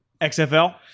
XFL